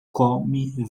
come